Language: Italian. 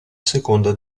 seconda